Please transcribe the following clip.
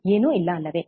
ಏನೂ ಇಲ್ಲ ಅಲ್ಲವೇ